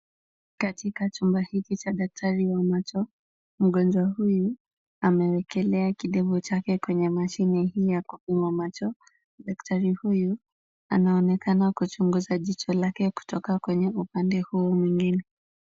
Katika chumba hiki cha daktari wa macho, mgonjwa huyu amewekelea kidevu chake kwenye mashini hii ya kupima macho. Daktari huyu anaonekana kuchunguza jicho lake kutokana kwenye upande huu mwingine.